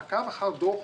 מעקב אחר דוח,